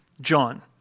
John